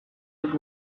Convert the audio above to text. dut